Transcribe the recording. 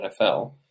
NFL